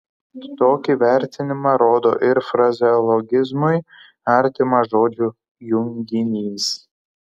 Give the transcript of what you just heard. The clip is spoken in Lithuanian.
tokį vertinimą rodo ir frazeologizmui artimas žodžių junginys